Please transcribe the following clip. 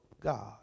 God